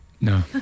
No